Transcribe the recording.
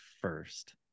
first